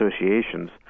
associations